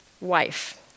wife